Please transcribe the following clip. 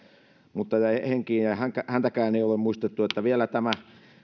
mutta jäi henkiin ja ja häntäkään ei ole ole muistettu toivonkin samalla että vielä